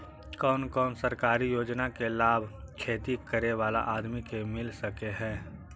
कोन कोन सरकारी योजना के लाभ खेती करे बाला आदमी के मिल सके हे?